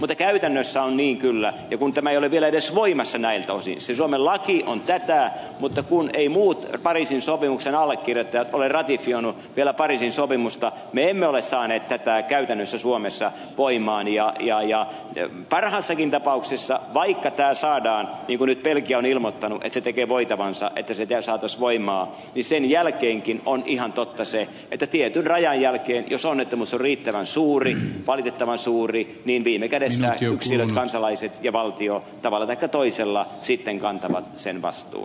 mutta käytännössä on niin kyllä että parhaassakin tapauksessa tämä ei ole vielä edes voimassa näiltä osin siis suomen laki on tätä mutta kun eivät muut pariisin sopimuksen allekirjoittajat ole vielä ratifioineet pariisin sopimusta me emme ole saaneet tätä käytännössä suomessa voimaan vaikka tämä saadaan voimaan niin kuin nyt belgia on ilmoittanut että se tekee voitavansa että se saataisiin voimaan sen jälkeenkin on ihan totta se että tietyn rajan jälkeen jos onnettomuus on riittävän suuri valitettavan suuri viime kädessä yksilöt kansalaiset ja valtio tavalla taikka toisella sitten kantavat sen vastuun